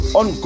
on